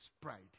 pride